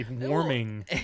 warming